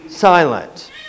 silent